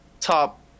top